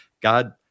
God